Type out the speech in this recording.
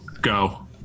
Go